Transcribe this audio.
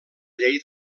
llei